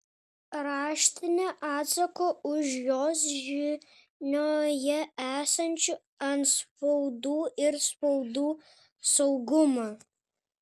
raštinė atsako už jos žinioje esančių antspaudų ir spaudų saugumą